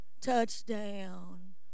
touchdown